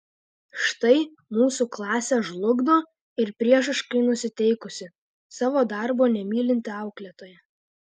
štai mūsų klasę žlugdo ir priešiškai nusiteikusi savo darbo nemylinti auklėtoja